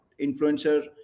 influencer